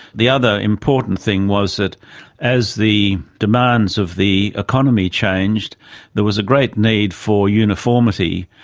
the other important thing was that as the demands of the economy changed there was a great need for uniformity,